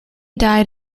died